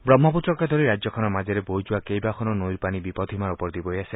ব্ৰহ্মপুত্ৰকে ধৰি ৰাজ্যখনৰ মাজেৰে বৈ যোৱা কেইবাখনো নৈৰ পানী বিপদসীমাৰ ওপৰেদি বৈ আছে